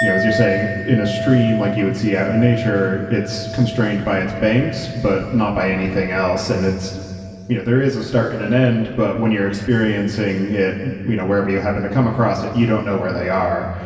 you know as you're saying, in a stream like you would see out in nature, it's constrained by its banks, but not by anything else, and it's you know there is a start and an end, end, but when you're experiencing it you know wherever you happen to come across it, you don't know where they are.